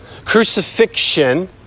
crucifixion